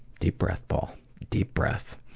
deep breath, paul. deep breath.